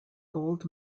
gold